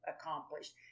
accomplished